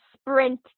sprint